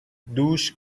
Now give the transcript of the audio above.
دوش